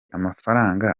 amafaranga